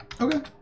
Okay